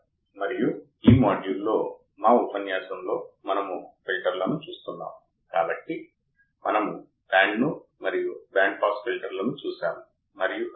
కాబట్టి మనం అదే ఉపన్యాసాన్ని కొనసాగిస్తున్నాము మరియు నేను చెప్పినట్లుగా మనం కొన్ని మాడ్యూళ్ళగా విభజించాము 2 లేదా 3